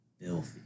filthy